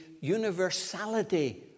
universality